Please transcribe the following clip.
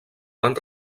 van